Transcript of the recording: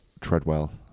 Treadwell